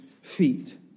feet